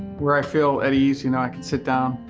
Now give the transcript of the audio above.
where i feel at ease, you know, i can sit down,